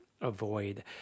avoid